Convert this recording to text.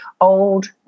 old